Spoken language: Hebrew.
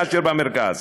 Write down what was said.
מאשר במרכז.